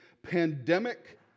pandemic